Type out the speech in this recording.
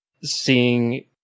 seeing